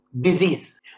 disease